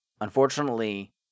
Unfortunately